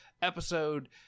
episode